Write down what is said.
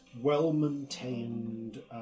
well-maintained